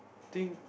think